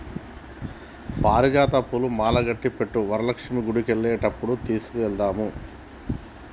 పారిజాత పూలు మాలకట్టి పెట్టు వరలక్ష్మి గుడికెళ్లేటప్పుడు తీసుకెళదాము